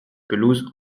pelouses